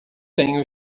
tenho